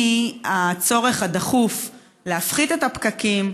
בראי הצורך הדחוף להפחית את הפקקים,